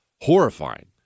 horrifying